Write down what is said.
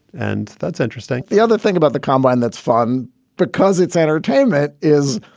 and that's interesting the other thing about the combine that's fun because it's entertainment is,